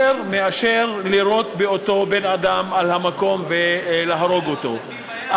מאשר לירות באותו בן-אדם על המקום ולהרוג אותו.